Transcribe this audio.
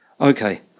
Okay